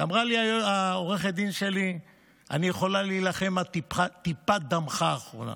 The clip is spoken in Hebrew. אמרה לי עורכת הדין שלי: אני יכולה להילחם עד טיפת דמך האחרונה,